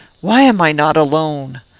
why am i not alone?